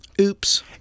Oops